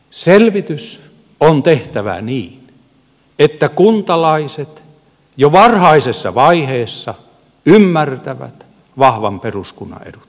selvitys on tehtävä niin että kuntalaiset jo varhaisessa vaiheessa ymmärtävät vahvan peruskunnan edut